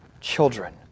children